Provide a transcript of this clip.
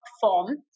form